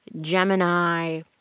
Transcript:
Gemini